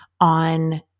on